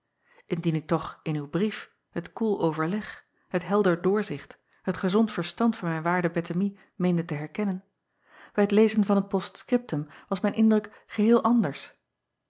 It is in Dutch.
ndien ik toch in uw brief het koel overleg het helder doorzicht het gezond verstand van mijn waarde ettemie meende te herkennen bij t lezen van t post-scriptum was mijn indruk geheel anders